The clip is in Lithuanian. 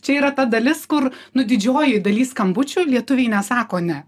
čia yra ta dalis kur nu didžiojoj daly skambučių lietuviai nesako ne